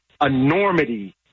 enormity